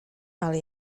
ale